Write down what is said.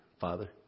Father